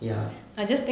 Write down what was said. ya